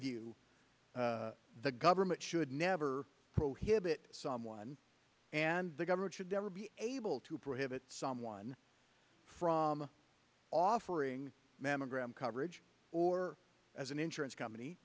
view the government should never prohibit someone and the government should never be able to prohibit someone from offering mammogram coverage or as an insurance